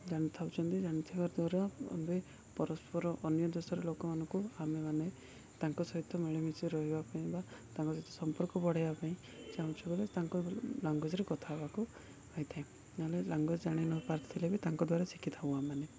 ଜାଣିଥାଉଛନ୍ତି ଜାଣିଥିବା ଦ୍ୱାରା ଏବେ ପରସ୍ପର ଅନ୍ୟ ଦେଶର ଲୋକମାନଙ୍କୁ ଆମେମାନେ ତାଙ୍କ ସହିତ ମିଳିମିଶି ରହିବା ପାଇଁ ବା ତାଙ୍କ ସହିତ ସମ୍ପର୍କ ବଢ଼େଇବା ପାଇଁ ଚାହୁଁଛୁ ବଲେ ତାଙ୍କ ଲାଙ୍ଗୁଏଜ୍ରେ କଥା ହବାକୁ ହେଇଥାଏ ନ'ହେଲେ ଲାଙ୍ଗୁଏଜ୍ ଜାଣି ନ ପାରିଥିଲେ ବି ତାଙ୍କ ଦ୍ୱାରା ଶିଖିଥାଉ ଆମେ